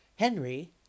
henry